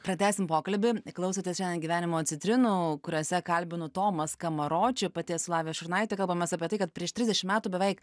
pratęsim pokalbį klausotės šiandien gyvenimo citrinų kuriose kalbinu tomą skamaročių pati esu lavija šurnaitė kalbamės apie tai kad prieš trisdešim metų beveik